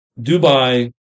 Dubai